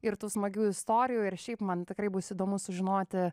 ir tų smagių istorijų ir šiaip man tikrai bus įdomu sužinoti